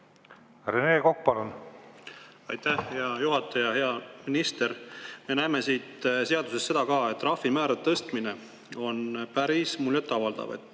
Rene Kokk, palun! Aitäh, hea juhataja! Hea minister! Me näeme siit seadusest seda ka, et trahvimäärade tõstmine on päris muljet avaldav.